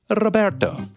Roberto